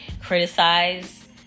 criticize